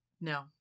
no